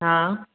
हा